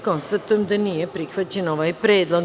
Konstatujem da nije prihvaćen predlog.